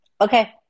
Okay